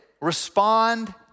respond